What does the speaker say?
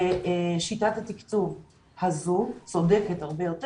שיטת התקצוב הזאת צודקת הרבה יותר,